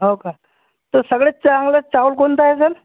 हो का तर सगळ्यात चांगला चावल कोणता आहे सर